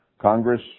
Congress